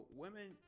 women